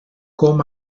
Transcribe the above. com